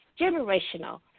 generational